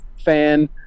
fan